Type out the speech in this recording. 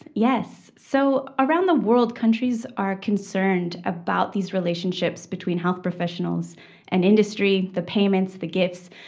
yes. so around the world countries are concerned about these relationships between health professionals and industry, the payments, the gifts,